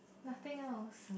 nothing else